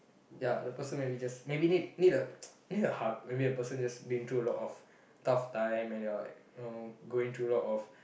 ya the person maybe just maybe need need a need a hug maybe the person just been through a lot of tough time and they're like you know going through a lot of